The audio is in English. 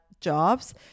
jobs